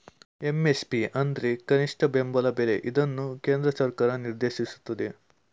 MSP ಅಂದ್ರೆ ಕನಿಷ್ಠ ಬೆಂಬಲ ಬೆಲೆ ಇದನ್ನು ಕೇಂದ್ರ ಸರ್ಕಾರ ನಿರ್ದೇಶಿಸುತ್ತದೆ